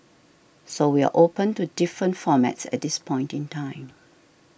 so we are open to different formats at this point in time